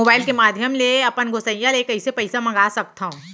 Mobile के माधयम ले अपन गोसैय्या ले पइसा कइसे मंगा सकथव?